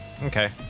okay